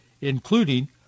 including